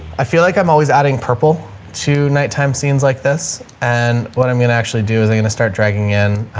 i feel like i'm always adding purple to nighttime scenes like this. and what i'm going to actually do is i'm going to start dragging in